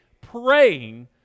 praying